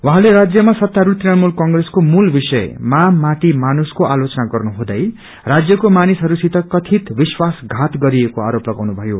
उहाँले राज्यमा यत्तारूढ़ तृणमूल कांग्रेसको मूल विषय माँ माटी मानुष को आलोचना गर्नुहुँदै राज्यको मानिसहरूसित कथित विश्वासघात गरिएको आरोप लागाउनुभयो